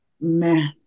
man